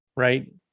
right